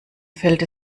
fällt